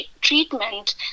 treatment